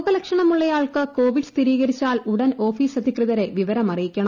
രോഗലക്ഷണമുള്ളയാൾക്ക് Covid സ്ഥിരീകരിച്ചാൽ ഉടൻ office അധികൃതരെ വിവരമറിയിക്കണം